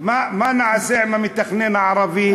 מה נעשה עם המתכנן הערבי?